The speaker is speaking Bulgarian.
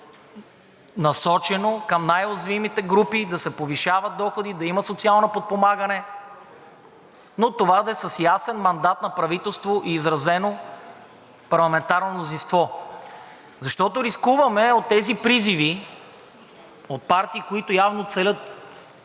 насочено към най-уязвимите групи и да се повишават доходи, да има социално подпомагане, но това да е с ясен мандат на правителство, изразено в парламентарно мнозинство. Защото рискуваме от тези призиви от партии, които явно целят